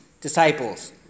disciples